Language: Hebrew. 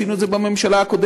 עשינו את זה בממשלה הקודמת.